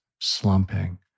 slumping